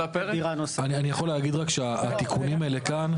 אני יכול להגיד רק שהתיקונים האלה כאן,